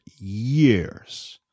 years